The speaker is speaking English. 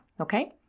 Okay